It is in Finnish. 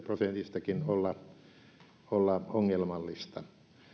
prosentistakin olla olla ongelmallista